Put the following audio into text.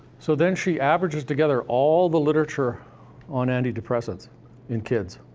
so then, she averages together all the literature on anti-depressants in kids.